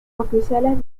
oficiales